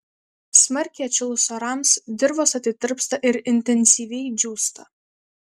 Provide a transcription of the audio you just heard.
smarkiai atšilus orams dirvos atitirpsta ir intensyviai džiūsta